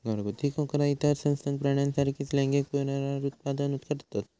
घरगुती कोकरा इतर सस्तन प्राण्यांसारखीच लैंगिक पुनरुत्पादन करतत